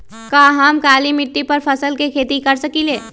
का हम काली मिट्टी पर फल के खेती कर सकिले?